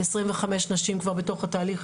עשרים וחמש נשים כבר בתוך התהליך,